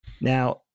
Now